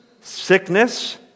sickness